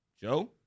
Joe